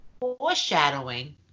foreshadowing